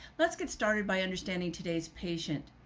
let's get started by understanding today's patient.